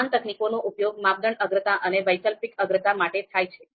સમાન તકનીકનો ઉપયોગ માપદંડ અગ્રતા અને વૈકલ્પિક અગ્રતા માટે થાય છે